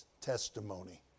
Testimony